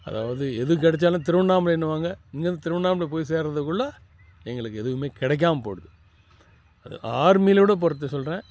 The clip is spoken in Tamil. அதாவது எது கிடைச்சாலும் திருவண்ணாமலைனுவங்க இங்கேருந்து திருவண்ணாமலை போய் சேர்றதுக்குள்ளே எங்களுக்கு எதுவுமே கிடைக்காம போயிடுது அது ஆர்மிலவிட பொறுத்து சொல்கிறேன்